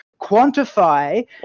Quantify